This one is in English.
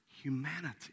humanity